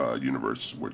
universe